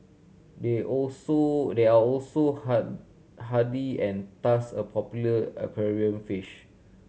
they also they are also hard hardy and thus a popular aquarium fish